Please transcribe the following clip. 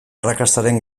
arrakastaren